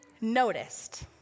noticed